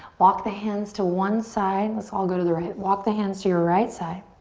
walk the hands to one side, let's all go to the right, walk the hands to your right side.